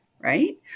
right